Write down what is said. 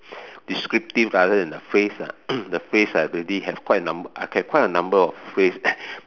descriptive rather than a phrase ah the phrase I really have quite a number I have quite a number of phrase